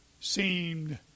seemed